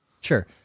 Sure